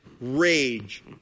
rage